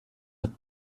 had